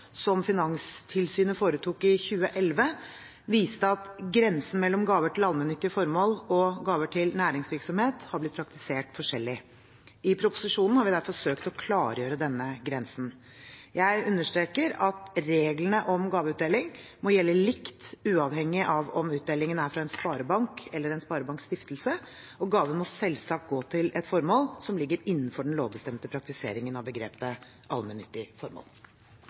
som Finanstilsynet foretok i 2011, viste at grensen mellom gaver til allmennyttige formål og gaver til næringsvirksomhet har blitt praktisert forskjellig. I proposisjonen har vi derfor søkt å klargjøre denne grensen. Jeg understreker at reglene om gaveutdeling må gjelde likt, uavhengig av om utdelingen er fra en sparebank eller en sparebankstiftelse, og gaven må selvsagt gå til et formål som ligger innenfor den lovbestemte praktiseringen av begrepet «allmennyttige formål».